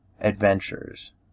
adventures